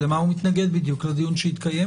למה הוא מתנגד לדיון שהתקיים?